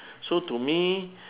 so to me